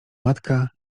matka